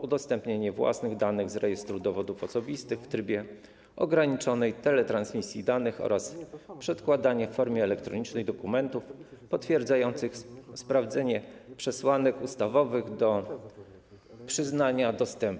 udostępnienia własnych danych z Rejestru Dowodów Osobistych w trybie ograniczonej teletransmisji danych oraz przedkładania w formie elektronicznej dokumentów potwierdzających sprawdzenie przesłanek ustawowych do przyznania dostępu.